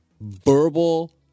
verbal